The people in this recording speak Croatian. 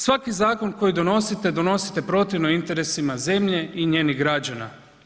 Svaki zakon koji donosite donosite protivno interesima zemlje i njenim građana.